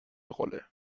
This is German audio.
rolle